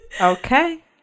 Okay